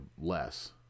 less